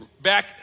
back